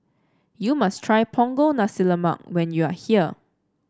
you must try Punggol Nasi Lemak when you are here